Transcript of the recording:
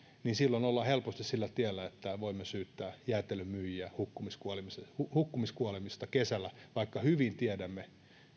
niin silloin ollaan helposti sillä tiellä että voimme syyttää jäätelönmyyjiä hukkumiskuolemista hukkumiskuolemista kesällä vaikka hyvin tiedämme